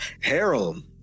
Harold